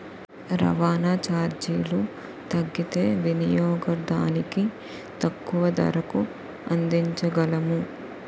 రవాణా చార్జీలు తగ్గితే వినియోగదానికి తక్కువ ధరకు అందించగలము